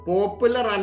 Popular